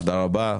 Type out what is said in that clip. תודה רבה,